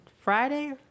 Friday